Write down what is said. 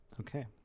Okay